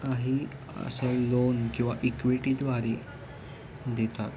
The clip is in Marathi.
काही असं लोन किंवा इक्विटीद्वारे देतात